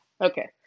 Okay